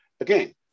again